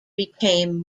became